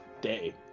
Day